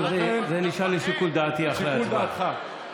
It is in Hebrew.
זה נשאר לשיקול דעתי אחרי הצבעה.